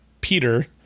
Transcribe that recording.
peter